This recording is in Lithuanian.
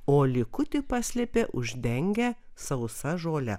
o likutį paslėpė uždengę sausa žole